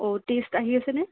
test আহি আছেনে